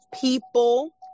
people